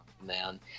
man